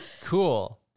Cool